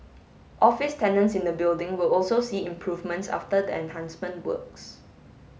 office tenants in the building will also see improvements after the enhancement works